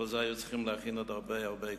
אבל את זה היו צריכים להכין עוד הרבה קודם.